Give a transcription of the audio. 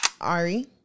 Ari